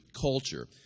culture